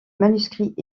manuscrits